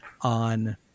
on